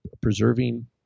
preserving